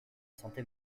santé